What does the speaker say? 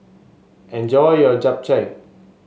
enjoy your Japchae